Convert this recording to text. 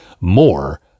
more